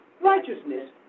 righteousness